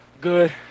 Good